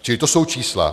Čili to jsou čísla.